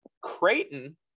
Creighton